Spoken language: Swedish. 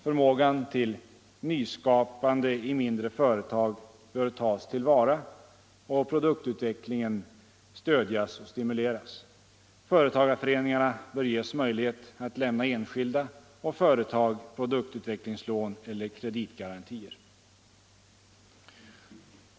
Förmågan till nyskapande i mindre företag bör tas till vara och produktutvecklingen stödjas och stimuleras. Företagarföreningarna bör ges möjlighet att lämna enskilda och företag produktutvecklingslån eller kreditgarantier.